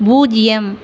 பூஜ்ஜியம்